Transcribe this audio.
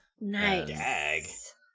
Nice